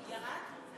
גברתי המזכירה?